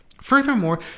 Furthermore